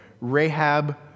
Rahab